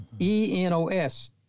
E-N-O-S